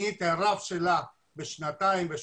אני חושב שהתופעה של הקורונה לא באה עכשיו ופתאום להתעלם,